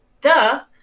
duh